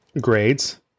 grades